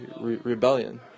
rebellion